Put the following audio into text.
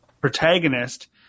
protagonist